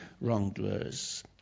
wrongdoers